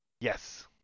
Yes